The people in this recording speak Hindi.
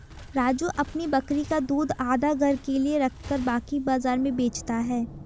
राजू अपनी बकरी का दूध आधा घर के लिए रखकर बाकी बाजार में बेचता हैं